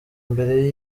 mbere